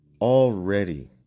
already